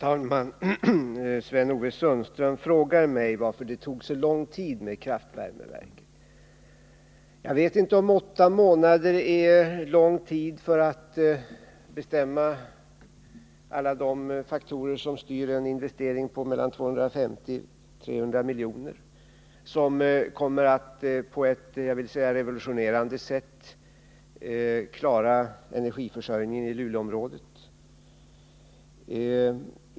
Herr talman! Sten-Ove Sundström frågar mig varför det tog så lång tid med kraftvärmeverket. Jag vet inte om åtta månader är lång tid för att bestämma alla de faktorer som styr en investering på mellan 250 och 300 miljoner som kommer att på ett revolutionerande sätt klara energiförsörjningen i Luleåområdet.